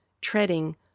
treading